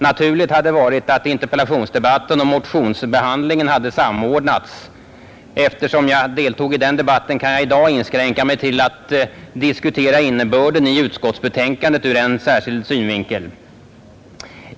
Naturligt hade varit att interpellationsdebatten och motionsbehandlingen hade samordnats. Eftersom jag deltog i interpellationsdebatten kan jag i dag inskränka mig till att diskutera innebörden i utskottsbetänkandet ur en särskild synvinkel.